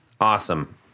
Awesome